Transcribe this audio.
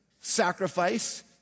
sacrifice